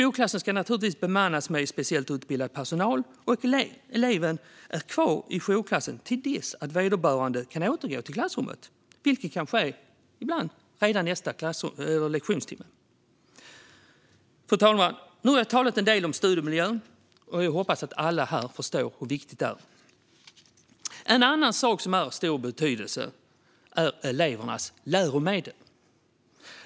Jourklassen ska naturligtvis bemannas med speciellt utbildad personal, och eleven är kvar i jourklassen till dess att vederbörande kan återgå till klassrummet - ibland redan nästa lektionstimme. Fru talman! Nu har jag talat en del om studiemiljön, och jag hoppas att alla förstår hur viktig den är. En annan sak som är av stor betydelse är elevernas läromedel.